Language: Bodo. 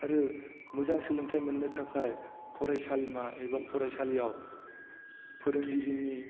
आरो मोजां सोलोंथाय मोननो थाखाय फरायसालिमा एबा फरायसालियाव फोरोंगिरिनि